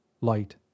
light